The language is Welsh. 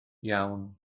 iawn